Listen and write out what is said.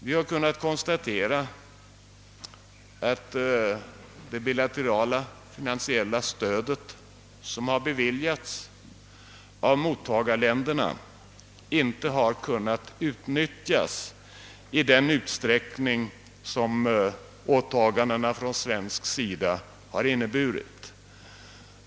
Vi har kunnat konstatera, att det bilaterala finansiella stödet — det som hittills har beviljats — av mottagarländerna inte har kunnat utnyttjas i den utsträckning som åtagandena från svensk sida har inneburit.